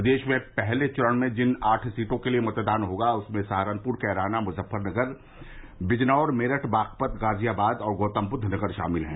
प्रदेश में पहले चरण में जिन आठ सीटों के लिए मतदान होगा उनमें सहारनपुर कैराना मुजफ्फरनगर विजनौर मेरठ बागपत गाजियाबाद और गौतमबुद्धनगर शामिल हैं